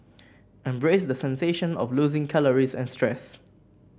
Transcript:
embrace the sensation of losing calories and stress